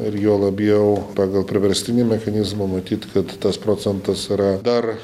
ir juo labiau pagal priverstinį mechanizmą matyt kad tas procentas yra dar